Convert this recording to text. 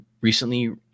recently